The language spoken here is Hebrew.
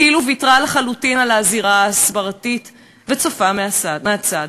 כאילו ויתרה לחלוטין על הזירה ההסברתית וצופה מהצד,